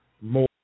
more